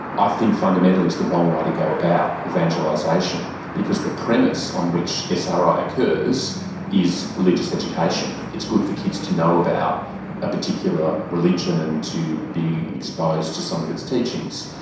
i think fundamentally it's the wrong way to go about evangelisation because the premise on which sri occurs is religious education. it's good for kids to know about a particular religion and to be exposed to some of its teachings,